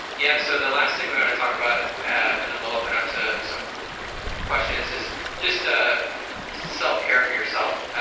yeah, so the last thing we want to talk about, and then we'll open up to some questions, is just ah self-care for yourself.